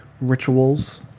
rituals